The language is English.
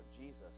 Jesus